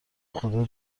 خدا